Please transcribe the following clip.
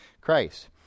christ